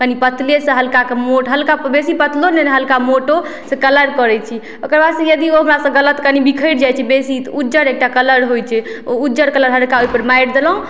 कनि पतले से हलकाके मोट हलका बेसी पतलो नहि हलका मोटो से कलर करै छी ओकरबाद से यदि ओ हमरा से गलत कनि बिखैर जाइ छै बेसी तऽ उज्जर एकटा कलर होइ छै ओ उज्जर कलर हलका ओहि पर मारि देलहुॅं